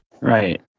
Right